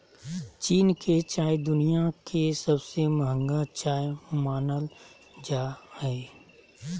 चीन के चाय दुनिया के सबसे महंगा चाय मानल जा हय